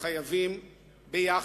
אנחנו חייבים ביחד,